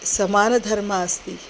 समानधर्मः अस्ति